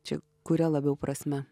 čia kuria labiau prasme